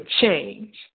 change